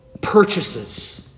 purchases